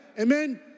Amen